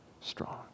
strong